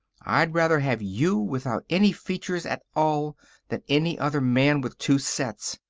i'd rather have you without any features at all than any other man with two sets.